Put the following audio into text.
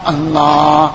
Allah